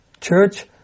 Church